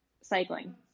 cycling